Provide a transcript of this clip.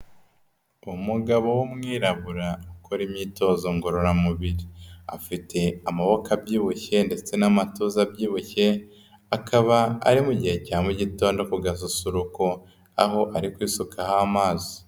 Umugabo w'umwirabura ukora imyitozo ngororamubiri, afite amaboko abyibushye ndetse n'amatuza abyibushye, akaba ari mu gihe cya mu gitondo ku gasusuruko aho ari kwisukaho amazi.